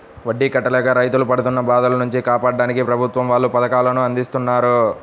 వడ్డీ కట్టలేక రైతులు పడుతున్న బాధల నుంచి కాపాడ్డానికి ప్రభుత్వం వాళ్ళు పథకాలను అందిత్తన్నారు